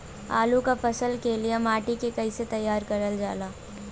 आलू क फसल के लिए माटी के कैसे तैयार करल जाला?